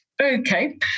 Okay